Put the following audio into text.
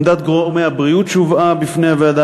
עמדת גורמי הבריאות שהובאה בפני הוועדה